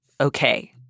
okay